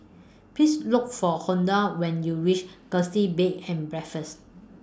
Please Look For Honora when YOU REACH Gusti Bed and Breakfast